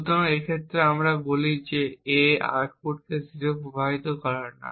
সুতরাং এই ক্ষেত্রে আমরা বলি যে A আউটপুট O কে প্রভাবিত করে না